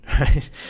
right